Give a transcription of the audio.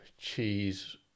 cheese